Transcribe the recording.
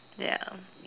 ya